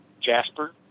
Jasper